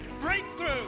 breakthrough